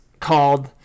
Called